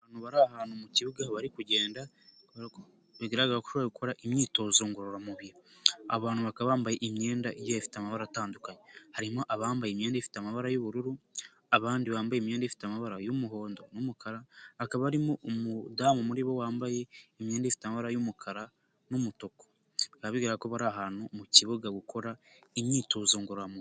Ahantu mu kibuga bari kugenda bigaragara ko bari gukora imyitozo ngororamubiri. Abantu bakaba bambaye imyenda igiye ifite amabara atandukanye, harimo abambaye imyenda ifite amabara y'ubururu, abandi bambaye imyenda ifite amabara y'umuhondo n'umukara, akaba harimo umudamu muri bo wambaye imyenda ifite amabara y'umukara n'umutuku, bikaba bigaragara ko bari ahantu mu kibuga gukora imyitozo ngororamubiri.